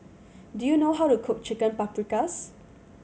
do you know how to cook Chicken Paprikas